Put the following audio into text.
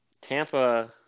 Tampa